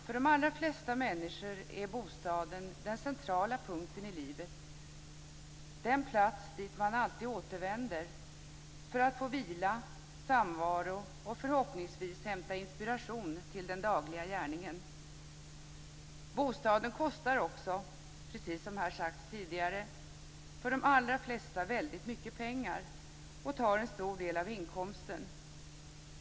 För de allra flesta människor är bostaden den centrala punkten i livet, den plats dit de alltid återvänder för att få vila, samvaro och förhoppningsvis hämta inspiration till den dagliga gärningen. Bostaden kostar också, precis som sagts här tidigare, för de allra flesta väldigt mycket pengar och tar en stor del av inkomsten.